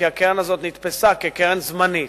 כי הקרן הזו נתפסה כקרן זמנית.